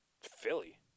Philly